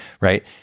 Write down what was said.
Right